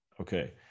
Okay